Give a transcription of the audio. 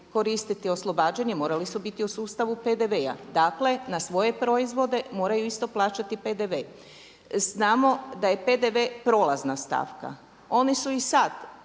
koristiti oslobađanje morali su biti u sustavu PDV-a. Dakle, na svoje proizvode moraju isto plaćati PDV. Znamo da je PDV prolazna stavka. Oni su i sad